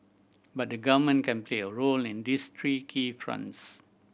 but the Government can play a role in this three key fronts